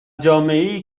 جامعهای